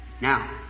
Now